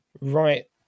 right